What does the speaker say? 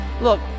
look